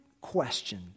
question